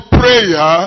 prayer